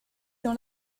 dans